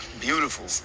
Beautiful